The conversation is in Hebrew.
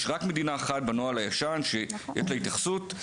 יש רק שתי קבוצות עולים שיש לגביהן התייחסות מיוחדת,